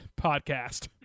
podcast